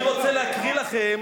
אני רוצה לקרוא לכם